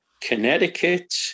Connecticut